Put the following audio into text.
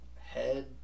head